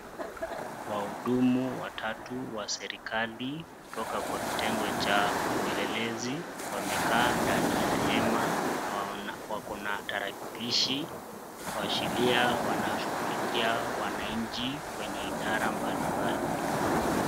Wahudumu watatu wa serekali kutoka kwa kitengo cha upelelezi wamekaa ndani ya hema na wako na tarakilishi kuashiria wanashughulikia wananchi kwenye idari mbalimbali.